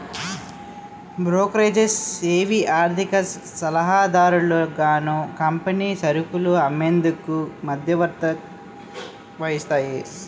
brokerages ఏవి ఆర్థిక సలహాదారులుగాను కంపెనీ సరుకులు అమ్మేందుకు మధ్యవర్తత్వం వహిస్తాయి